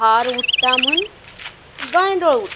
हार उडटा म्हूण गांयडोळ उडटा